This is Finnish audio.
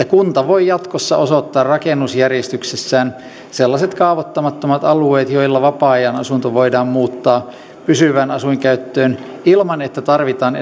kunta voi jatkossa osoittaa rakennusjärjestyksessään sellaiset kaavoittamattomat alueet joilla vapaa ajanasunto voidaan muuttaa pysyvään asuinkäyttöön ilman että tarvitaan